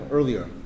Earlier